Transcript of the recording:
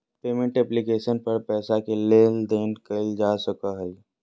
payment application पर पैसा के लेन देन कइल जा सको हइ